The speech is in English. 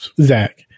Zach